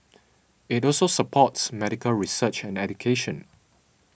it also supports medical research and education